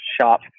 shop